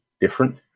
different